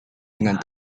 dengan